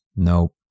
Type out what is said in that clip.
Nope